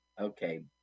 Okay